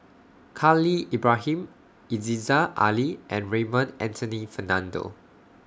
Khalil Ibrahim Yziza Ali and Raymond Anthony Fernando